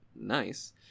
Nice